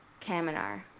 Kaminar